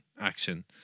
action